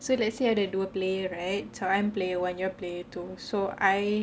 so let's say ada dua player right so I'm player one you're player two so I